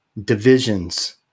divisions